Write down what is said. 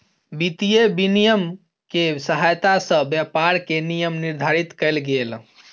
वित्तीय विनियम के सहायता सॅ व्यापार के नियम निर्धारित कयल गेल